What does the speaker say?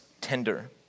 tender